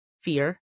Fear